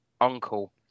uncle